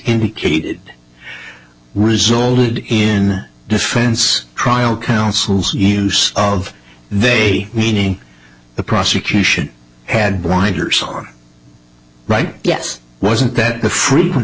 indicated resulted in defense trial counsel's use of they meaning the prosecution had blinders on right yes wasn't that the frequent